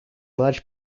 large